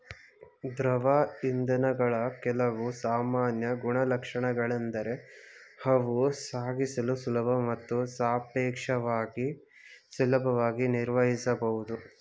ದ್ರವ ಇಂಧನಗಳ ಕೆಲವು ಸಾಮಾನ್ಯ ಗುಣಲಕ್ಷಣಗಳೆಂದರೆ ಅವು ಸಾಗಿಸಲು ಸುಲಭ ಮತ್ತು ಸಾಪೇಕ್ಷವಾಗಿ ಸುಲಭವಾಗಿ ನಿರ್ವಹಿಸಬಹುದು